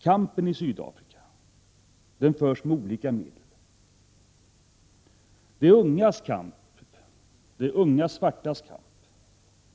Kampen i Sydafrika förs med olika medel. De unga svartas kamp